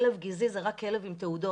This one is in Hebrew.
כלב גזעי זה רק כלב עם תעודות,